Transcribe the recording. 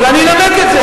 ואני אנמק את זה.